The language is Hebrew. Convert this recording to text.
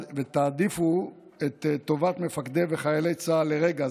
ותעדיפו את טובת מפקדי וחיילי צה"ל לרגע,